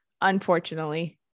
Unfortunately